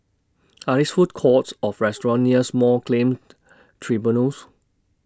Are There Food Courts off restaurants near Small Claimed Tribunals